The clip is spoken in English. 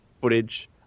footage